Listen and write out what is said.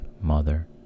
mother